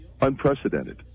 unprecedented